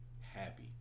happy